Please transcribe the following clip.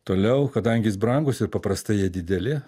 toliau kadangi jis brangus ir paprastai jie dideli